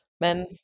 Men